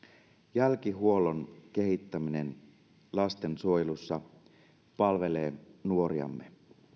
jälkihuollon kehittäminen lastensuojelussa palvelee nuoriamme